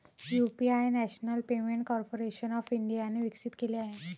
UPI national payment corporation of इंडियाने विकसित केले आहे